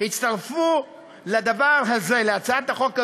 הצטרפו לדבר הזה, להצעת החוק הזו,